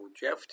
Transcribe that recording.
Jeff